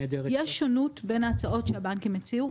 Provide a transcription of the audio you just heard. יש שונות בין ההצעות שהבנקים הציעו.